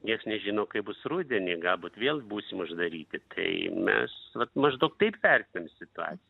nieks nežino kaip bus rudenį galbūt vėl būsim uždaryti tai mes vat maždaug taip vertinu situaciją